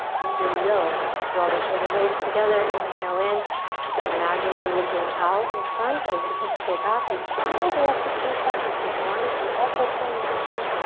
and here we go draw the shoulder blades together inhale in imagine you're looking out in front as the hips go back. we peel the left hip crease back we stay grounded through all four corners of the feet.